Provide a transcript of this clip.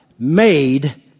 made